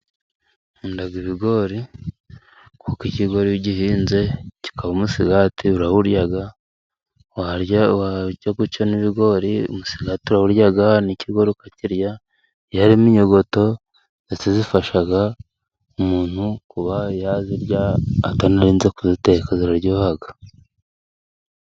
Nkunda ibigori, kuko ikigori gihinze kigira umusigati urawurya, wajya guca n'ibigori umusigati urawurya n'ikigori ukakirya, iyo harimo inyogoto ndetse zifasha umuntu kuba yazirya atanarinze kuziteka ziraryoha.